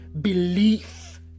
belief